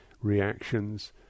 reactions